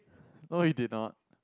no you did not